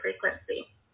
frequency